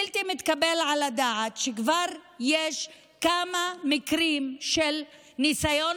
בלתי מתקבל על הדעת שיש כבר כמה מקרים של ניסיון